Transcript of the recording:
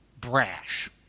brash